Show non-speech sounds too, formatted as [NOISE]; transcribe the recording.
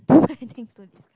too [BREATH] many things to discuss